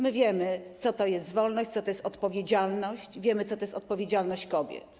My wiemy, co to jest wolność, co to jest odpowiedzialność, wiemy, co to jest odpowiedzialność kobiet.